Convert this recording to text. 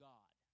God